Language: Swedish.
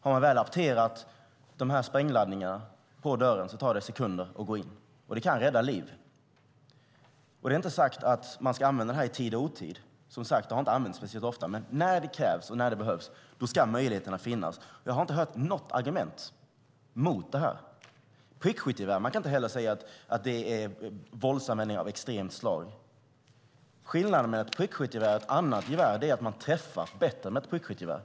Har man väl apterat sprängladdningarna på dörren tar det sekunder att gå in. Det kan rädda liv. Det är inte sagt att man ska använda det i tid och otid. Det har inte använts speciellt ofta. Men när det krävs och när det behövs ska möjligheterna finnas. Jag har inte hört något argument mot det. När det gäller prickskyttegevär kan man inte heller säga att det är våldsanvändning av extremt slag. Skillnad mellan ett prickskyttegevär och ett annat gevär är att man träffar bättre med ett prickskyttegevär.